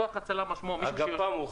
כוח הצלה עצמו -- גברתי,